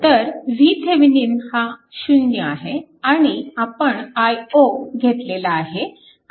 तर VThevenin हा 0 आहे आणि आपण i0 घेतलेला आहे